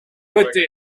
côté